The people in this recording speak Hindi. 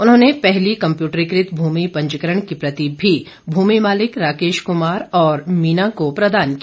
उन्होंने पहली कंप्यूटरीकृत भूमि पंजीकरण की प्रति भी भूमि मालिक राकेश कुमार और मीना को प्रदान की